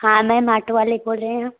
हाँ ma'am auto ही वाले बोल रही हूँ